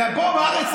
אלא פה בארץ.